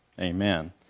Amen